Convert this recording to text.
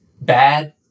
bad